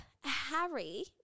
Harry